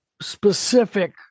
specific